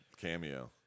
cameo